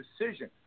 decision